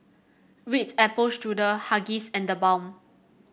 Ritz Apple Strudel Huggies and TheBalm